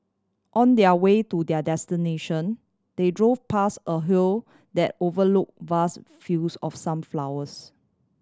on their way to their destination they drove past a hill that overlook vast fields of sunflowers